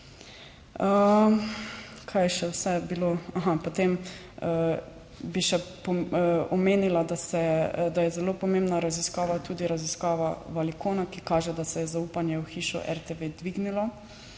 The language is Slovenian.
Kaj je še vse bilo... ha, potem bi še omenila, da se da je zelo pomembna raziskava, tudi raziskava Valicona, ki kaže, da se je zaupanje v hišo RTV dvignilo